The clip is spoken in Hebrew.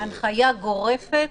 הנחיה גורפת.